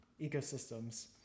ecosystems